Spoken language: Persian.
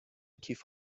کیف